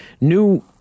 new